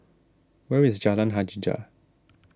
where is Jalan Hajijah